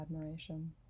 admiration